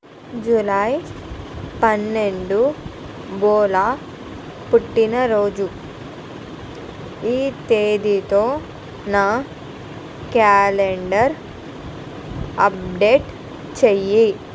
July పన్నెండు భోలా పుట్టినరోజు ఈ తేదీతో నా క్యాలెండర్ అప్డేట్ చెయ్యి